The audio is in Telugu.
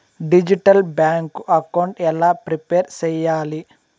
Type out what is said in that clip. డిజిటల్ బ్యాంకు అకౌంట్ ఎలా ప్రిపేర్ సెయ్యాలి?